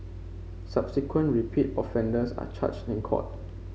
subsequent repeat offenders are charged in court